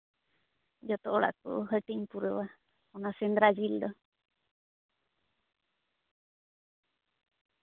ᱡᱚᱛᱚ ᱚᱲᱟᱜ ᱠᱚ ᱦᱟᱹᱴᱤᱧ ᱯᱩᱨᱟᱹᱣᱟ ᱚᱱᱟ ᱥᱮᱸᱫᱽᱨᱟ ᱡᱤᱞ ᱫᱚ